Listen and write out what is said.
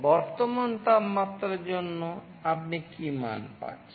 বর্তমান তাপমাত্রার জন্য আপনি কী মান পাচ্ছেন